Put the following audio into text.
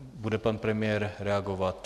Bude pan premiér reagovat?